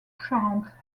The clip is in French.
charentes